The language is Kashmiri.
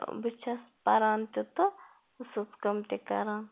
بہٕ چھَس پَران تہِ تہٕ سٕژ کٲم تہِ کَران